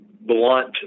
blunt